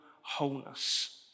wholeness